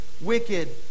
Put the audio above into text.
wicked